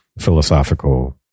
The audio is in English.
philosophical